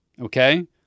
okay